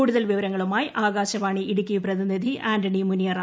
കൂടുതൽ വിവരങ്ങളുമായി ആകാശിപ്പാ്ണി ഇടുക്കി പ്രതിനിധി ആന്റണി മുനിയറ